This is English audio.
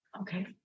okay